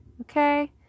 okay